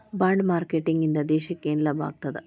Bond marketing ಇಂದಾ ದೇಶಕ್ಕ ಯೆನ್ ಲಾಭಾಗ್ತದ?